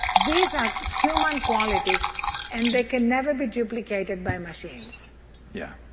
these are human qualities and they can never be duplicated by machines yeah.